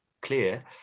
clear